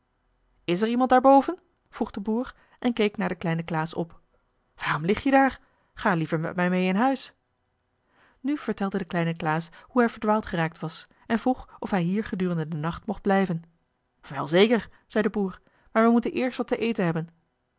is er iemand daarboven vroeg de boer en keek naar den kleinen klaas op waarom lig je daar ga liever met mij mee in huis nu vertelde de kleine klaas hoe hij verdwaald geraakt was en vroeg of hij hier gedurende den nacht mocht blijven wel zeker zei de boer maar wij moeten eerst wat te eten hebben